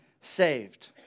saved